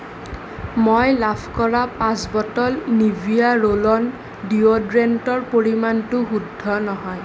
মই লাভ কৰা পাঁচ বটল নিভিয়া ৰোল অন ডিঅ'ড্ৰেণ্টৰ পৰিমাণটো শুদ্ধ নহয়